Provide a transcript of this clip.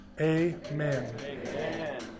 amen